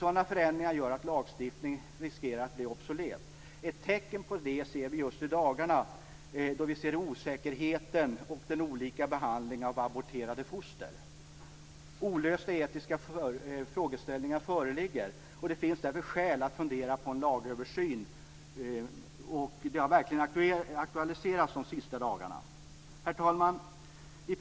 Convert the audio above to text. Sådana förändringar gör att lagstiftningen riskerar att bli obsolet. Ett tecken på det ser vi just i dagarna i osäkerheten och den olika behandlingen av aborterade foster. Olösta etiska frågeställningar föreligger. Det finns därför skäl att fundera över en lagöversyn. Detta har verkligen aktualiserats under de senaste dagarna. Herr talman!